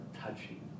touching